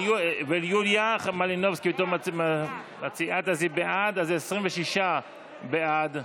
יוליה מלינובסקי, המציעה, בעד, לכן זה 26 בעד.